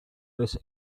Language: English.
this